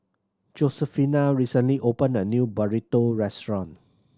Josefina recently opened a new Burrito restaurant